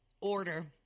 order